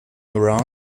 around